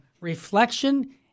reflection